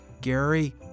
Gary